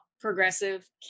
progressive